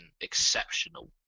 exceptional